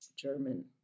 German